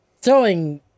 throwing